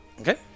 Okay